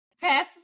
pass